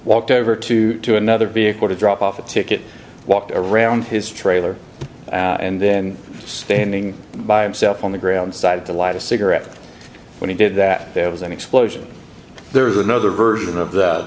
walked over to another vehicle to drop off a ticket walked around his trailer and then standing by itself on the ground side to light a cigarette and when he did that there was an explosion there is another version of the